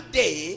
day